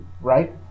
right